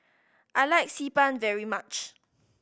I like Xi Ban very much